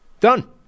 Done